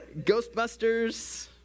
Ghostbusters